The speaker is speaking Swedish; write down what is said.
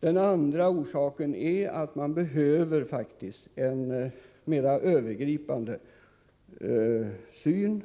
Den andra orsaken är att vi faktiskt behöver en mera övergripande syn.